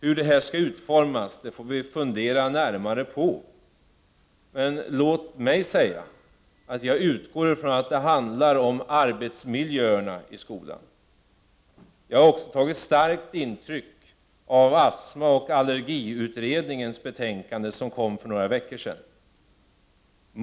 Hur detta skall utformas får vi fundera närmare på, men låt mig säga att jag utgår från att det handlar om arbetsmiljöerna i skolan. Jag har också tagit starkt intryck av astmaoch allergiutredningens betänkande, som kom för några veckor sedan.